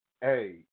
Hey